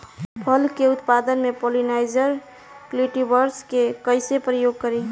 फल के उत्पादन मे पॉलिनाइजर कल्टीवर्स के कइसे प्रयोग करी?